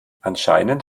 anscheinend